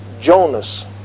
Jonas